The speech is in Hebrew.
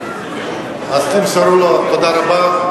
תמסרו לה תודה רבה.